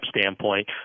standpoint